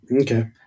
Okay